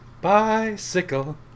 Bicycle